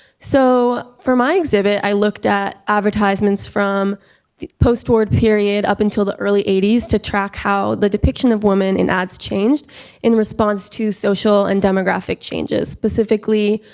so for my exhibit, i looked at advertisements from the post board period up until the early eighty s to track how the depiction of women in ads changed in response to social and demographic changes, specifically,